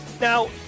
Now